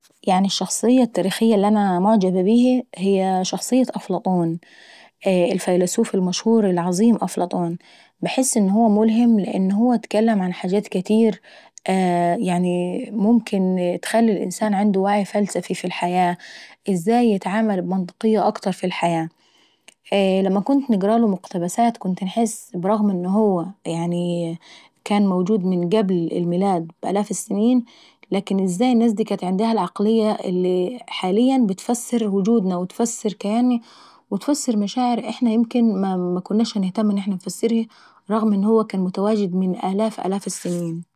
يعني الشخصية التاريخية اللي انا معجبة بيهي هي شخصية أفلاطون، الفييلسوف المشهور العظيم أفلاطون. باحس ان هو ملهم لانه هو أتكلم عن حاجات كاتير ممكن اتخلي الانسان عنده وعي فلسفي في الحياة. ازاي منطقية أكتر في الحياة. لما كنت نقراله مقتبسات كنت انحس ان هو كان موجود من قبل الميلاد بآلاف السنين لكن ازا ي الناس دي كانت عنديها العقلية اللي بيها حاليا بتفسير وجودنا وبتفسر كيانيي وتفسر مشاعر يمكن مكناش هنهتم ان احنا نفسرهي، رغم ان هو كان متواجد من آلا ف آلاف السنين.